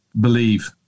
believe